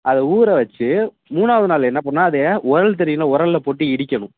அதை ஊற வச்சி மூணாவது நாள் என்ன பண்ணும் அதையே உரல் தெரியுமில்ல உரல்ல போட்டு இடிக்கணும்